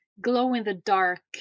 glow-in-the-dark